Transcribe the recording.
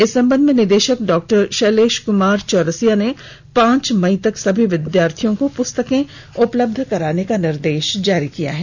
इस संबंध में निदेशक डॉ शैलेश कुमार चौरसिया ने पांच मई तक सभी विद्यार्थियों को पुस्तकें उपलब्ध कराने का निर्देश जारी किया है